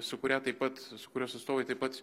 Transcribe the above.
su kuria taip pat su kurios atstovai taip pat